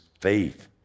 faith